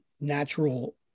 natural